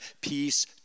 Peace